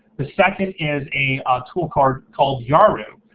the second is a tool card called yaru.